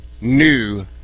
New